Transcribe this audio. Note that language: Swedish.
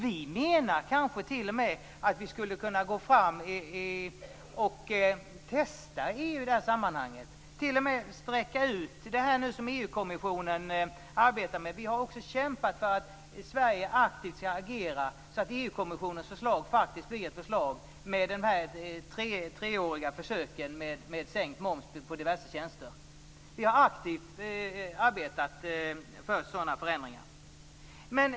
Vi menar att vi kanske skulle kunna gå fram och testa EU i det här sammanhanget, t.o.m. sträcka ut det som EU-kommissionen nu arbetar med. Vi har också kämpat för att Sverige aktivt skall agera för EU-kommissionens förslag om treåriga försök med sänkt moms på diverse tjänster. Vi har aktivt arbetat för sådana förändringar.